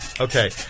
Okay